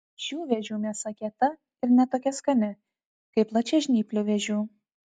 šių vėžių mėsa kieta ir ne tokia skani kaip plačiažnyplių vėžių